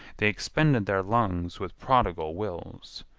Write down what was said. they expended their lungs with prodigal wills.